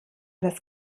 das